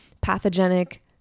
pathogenic